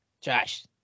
Josh